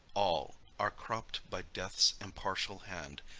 all are cropp'd by death's impartial hand,